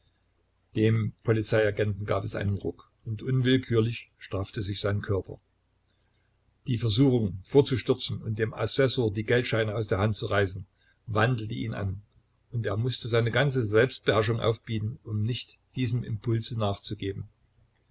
dem polizeiagenten gab es einen ruck und unwillkürlich straffte sich sein körper die versuchung vorzustürzen und dem assessor die geldscheine aus der hand zu reißen wandelte ihn an und er mußte seine ganze selbstbeherrschung aufbieten um nicht diesem impulse nachzugeben